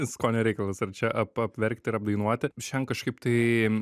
skonio reikalas ar čia ap apverkti ar apdainuoti šiandien kažkaip tai